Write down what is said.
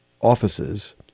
offices